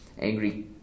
Angry